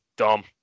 Dumb